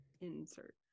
insert